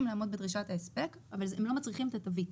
לעמוד בדרישת ההספק אבל הם לא מצריכים את התווית.